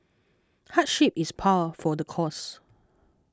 hardship is par for the course